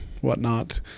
whatnot